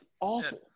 Awful